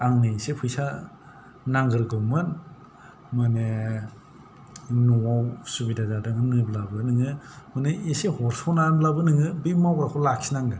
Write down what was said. आंनो इसे फैसा नांगोरगौमोन माने न'आव असुबिदा जादों होनोब्लाबो नोङो माने इसे हरसनानैब्लाबो नोङो बे मावग्राखौ लाखिनांगोन